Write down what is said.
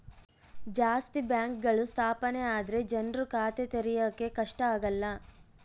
ಜಾಸ್ತಿ ಬ್ಯಾಂಕ್ಗಳು ಸ್ಥಾಪನೆ ಆದ್ರೆ ಜನ್ರು ಖಾತೆ ತೆರಿಯಕ್ಕೆ ಕಷ್ಟ ಆಗಲ್ಲ